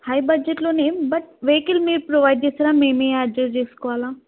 high బడ్జెట్లో but vehicle మీరు provide చేస్తారా మేము అడ్జస్ట్ చేసుకోవాల